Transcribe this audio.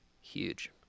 huge